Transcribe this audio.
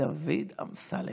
דוד אמסלם.